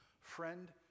friend